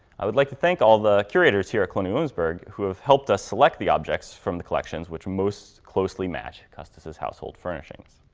i would like to thank all the curators here at colonial williamsburg, who have helped us select the objects from the collections, which most closely match custis' household furnishings.